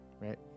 right